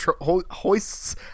hoists